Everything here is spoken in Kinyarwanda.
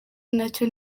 nacyo